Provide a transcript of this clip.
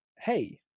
hey